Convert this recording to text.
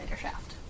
shaft